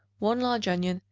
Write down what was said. one large onion,